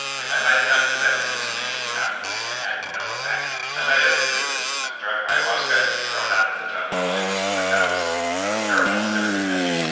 like i might have gone to tibet and seen some interesting mountains and had no effect. i might have you know just drunk ayahuasca and thrown up in the jungle and just been like, that was you know that was terrible. i'm never doing that again.